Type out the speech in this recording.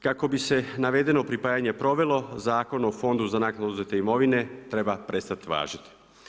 Kako bi se navedeno pripajanje provelo Zakon o fondu za naknadu oduzete imovine treba prestati važiti.